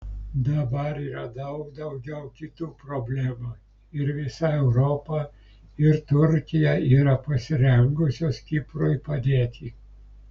dabar yra daug daugiau kitų problemų ir visa europa ir turkija yra pasirengusios kiprui padėti